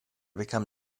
become